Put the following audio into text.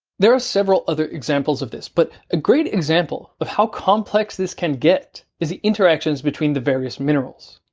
there are several other examples of this, but a great example of how complex this can get is the interactions between the various minerals.